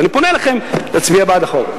אני פונה אליכם להצביע בעד החוק.